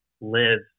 live